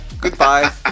Goodbye